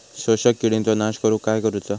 शोषक किडींचो नाश करूक काय करुचा?